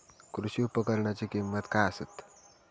कृषी उपकरणाची किमती काय आसत?